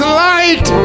light